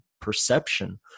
perception